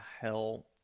hell